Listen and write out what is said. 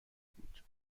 بود